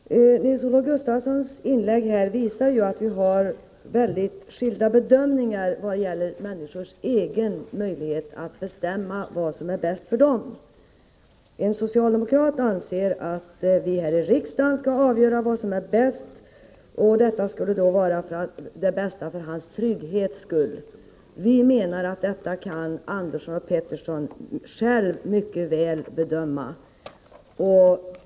Herr talman! Nils-Olof Gustafssons inlägg visar att vi har väldigt skilda bedömningar när det gäller människors egna möjligheter att bestämma vad som är bäst för dem. En socialdemokrat anser att vi här i riksdagen skall avgöra vad som är bäst — detta skulle alltså vara det bästa för hans trygghet. Vi menar att detta kan Andersson och Pettersson själva mycket väl bedöma.